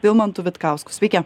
vilmantu vitkausku sveiki